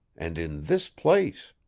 and in this place?